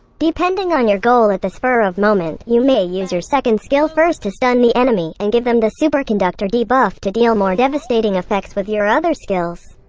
depending on your goal at the spur of moment, you may use your second skill first to stun the enemy, and give them the superconductor debuff to deal more devastating effects with your other skills.